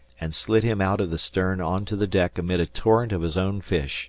and slid him out of the stern on to the deck amid a torrent of his own fish